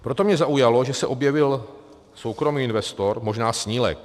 Proto mě zaujalo, že se objevil soukromý investor, možná snílek.